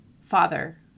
Father